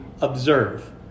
observe